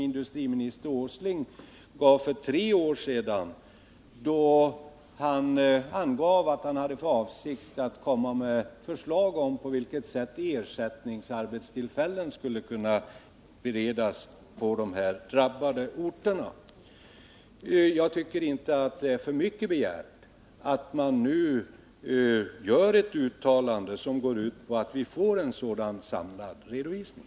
Industriminister Åsling uttalade för tre år sedan att han hade för avsikt att lägga fram förslag om på vilket sätt ersättningsarbeten skulle kunna ordnas på de drabbade orterna. Jag tycker inte det är för mycket begärt att riksdagen nu gör ett uttalande om att vi bör få en sådan samlad redovisning.